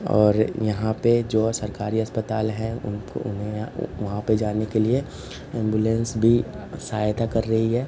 और यहाँ पर जो सरकारी अस्पताल हैं उनको उन्हे यहाँ वहाँ पर जाने के लिए एम्बुलेंस भी सहायता कर रही है